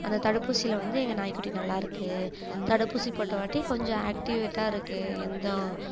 அந்த தடுப்பூசில வந்து எங்கள் நாய்க்குட்டி நல்லா இருக்கு தடுப்பூசி போட்டவாட்டி கொஞ்சம் ஆக்டிவெட்டாக இருக்கு எந்த